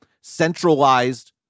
centralized